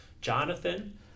Jonathan